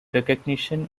recognition